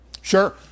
Sure